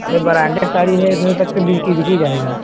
अरे बरांडेड साड़ी है इतने तक तो बिक ही जाएगा